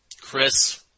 Chris